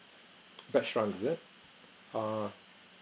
bestron is it uh